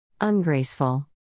Ungraceful